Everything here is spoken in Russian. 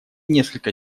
несколько